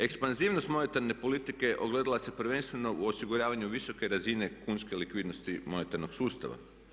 Ekspanzivnost monetarne politike ogledala se prvenstveno u osiguravanju visoke razine kunske likvidnosti monetarnog sustava.